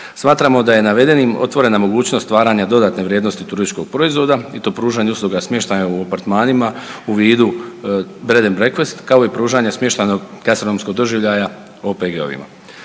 Smatramo da je navedenim otvorena mogućnost stvaranja dodatne vrijednosti turističkog proizvoda i to pružanja usluga smještaja u apartmanima u vidu breath and breakfast kao u pružanja smještajnog gastronomskog doživljaja OPG-ovima.